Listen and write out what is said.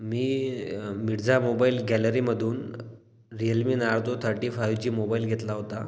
मी Mirza mobile गॅलरीमधून Realme Narzo thirty five G mobile घेतला होता